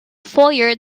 foyer